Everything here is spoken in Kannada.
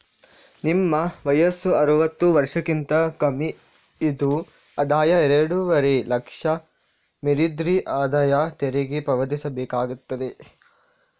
ನಿಮ್ಮ ವಯಸ್ಸು ಅರುವತ್ತು ವರ್ಷಕ್ಕಿಂತ ಕಮ್ಮಿ ಇದ್ದು ಆದಾಯ ಎರಡೂವರೆ ಲಕ್ಷ ಮೀರಿದ್ರೆ ಆದಾಯ ತೆರಿಗೆ ಪಾವತಿಸ್ಬೇಕಾಗ್ತದೆ